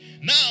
Now